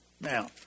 Now